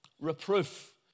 reproof